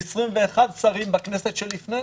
מ-21 שרים בכנסת לפני,